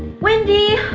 wendy!